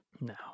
No